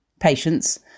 patients